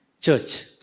church